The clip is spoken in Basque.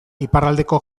iparraldeko